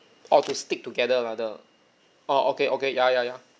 orh to stick together lah the orh okay okay ya ya ya